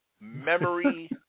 memory